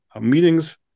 meetings